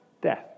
Death